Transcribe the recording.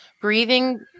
breathing